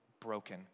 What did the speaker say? broken